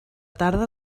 tarda